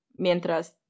mientras